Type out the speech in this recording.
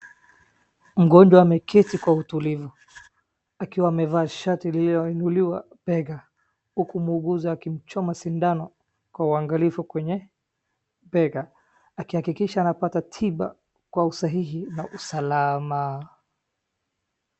Mgonjwa ameketi kwa utulivu akiwa amevaa shati lililoinuliwa mbega huku muuguzi akimchoma sindano kwa uangalifu kwenye mbega akihakikisha anapata tiba kwa usahihi na usalama.